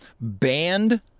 banned